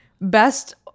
best